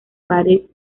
parís